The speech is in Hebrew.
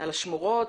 על השמורות,